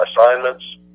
assignments